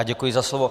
Děkuji za slovo.